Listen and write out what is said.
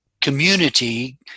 community